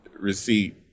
receipt